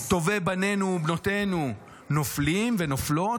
שבו טובי בנינו ובנותינו נופלים ונופלות,